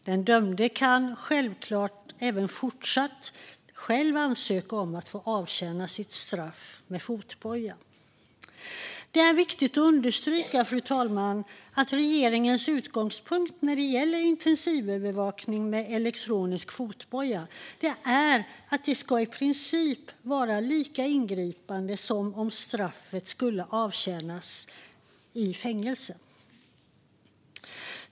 Den dömde ska självklart även i fortsättningen själv kunna ansöka om att få avtjäna sitt straff med fotboja. Det är viktigt att understryka, fru talman, att regeringens utgångspunkt när det gäller intensivövervakning med elektronisk fotboja är att det i princip ska vara lika ingripande som om straffet skulle avtjänas i fängelse.